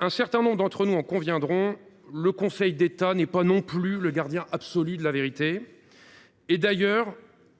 Un certain nombre d’entre vous en conviendront ici, le Conseil d’État n’est pas non plus le gardien absolu de la vérité.